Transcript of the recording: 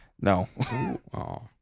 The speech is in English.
No